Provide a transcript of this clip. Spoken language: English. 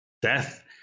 death